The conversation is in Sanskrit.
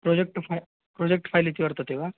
प्रोजेक्ट् फ़ै प्रोजेक्ट् फ़ैल् इति वर्तते वा